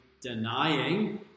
denying